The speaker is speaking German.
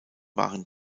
waren